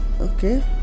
okay